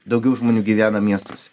daugiau žmonių gyvena miestuose